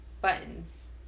buttons